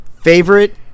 favorite